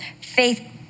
Faith